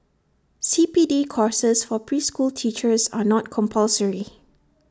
C P D courses for preschool teachers are not compulsory